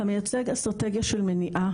המייצג אסטרטגיה של מניעה,